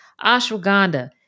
ashwagandha